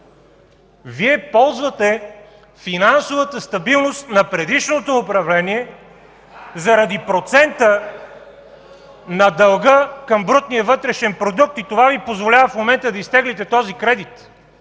Вие ползвате финансовата стабилност на предишното управление заради процента на дълга към брутния вътрешен продукт и това Ви позволява в момента да изтеглите този кредит.